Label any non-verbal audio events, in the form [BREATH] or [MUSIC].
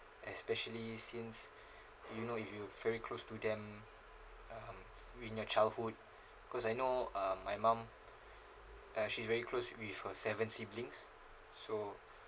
especially since [BREATH] you know if you very close to them uh um in your childhood because I know um my mum uh she's very close with her seven siblings so